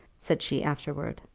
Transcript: said she afterwards.